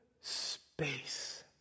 space